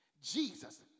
Jesus